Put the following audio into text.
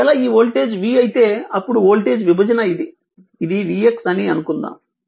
ఒకవేళ ఈ voltage v అయితే అప్పుడు వోల్టేజ్ విభజన ఇది vx అని అనుకుందాం